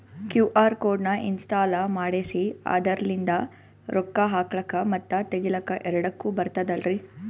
QR code ನ ಇನ್ಸ್ಟಾಲ ಮಾಡೆಸಿ ಅದರ್ಲಿಂದ ರೊಕ್ಕ ಹಾಕ್ಲಕ್ಕ ಮತ್ತ ತಗಿಲಕ ಎರಡುಕ್ಕು ಬರ್ತದಲ್ರಿ?